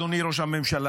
אדוני ראש הממשלה,